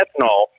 ethanol